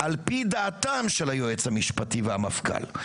על פי דעתם של היועץ המשפטי והמפכ"ל.